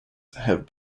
have